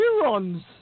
neurons